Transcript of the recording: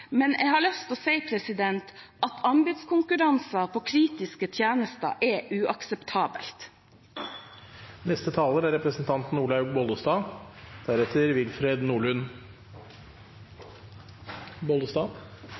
men jeg har lyst til å si at anbudskonkurranser på kritiske tjenester er uakseptabelt.